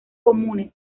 comunes